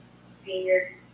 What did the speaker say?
senior